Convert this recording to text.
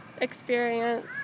experience